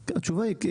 התשובה היא כן,